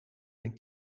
mijn